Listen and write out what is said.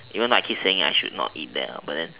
even though I keep saying I should not eat that but then